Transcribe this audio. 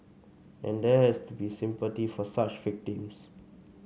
and there has to be sympathy for such victims